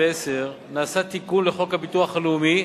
2010 נעשה תיקון לחוק הביטוח הלאומי